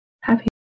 Happy